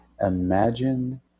Imagine